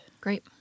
Great